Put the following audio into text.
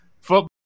football